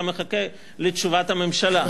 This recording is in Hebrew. אתה מחכה לתשובת הממשלה.